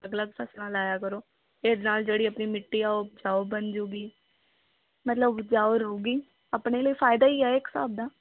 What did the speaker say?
ਅਲੱਗ ਅਲੱਗ ਫਸਲਾਂ ਲਾਇਆ ਕਰੋ ਇਹਦੇ ਨਾਲ ਜਿਹੜੀ ਆਪਣੀ ਮਿੱਟੀ ਆ ਉਹ ਉਪਜਾਊ ਬਣ ਜਾਊਗੀ ਮਤਲਬ ਉਪਜਾਊ ਰਹੂਗੀ ਆਪਣੇ ਲਈ ਫਾਇਦਾ ਹੀ ਹੈ ਇੱਕ ਹਿਸਾਬ ਦਾ